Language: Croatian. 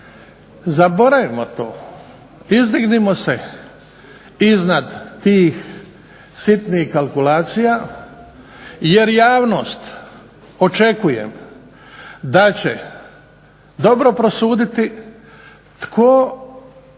zaboravimo to, izdignimo se iznad tih sitnih kalkulacija, jer javnost očekujem da će dobro prosuditi tko